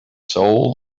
soul